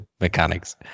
mechanics